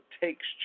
takes